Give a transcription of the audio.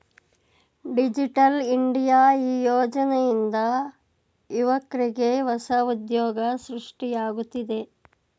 digital India ಈ ಯೋಜನೆಯಿಂದ ಯುವಕ್ರಿಗೆ ಹೊಸ ಉದ್ಯೋಗ ಸೃಷ್ಟಿಯಾಗುತ್ತಿದೆ